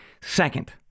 Second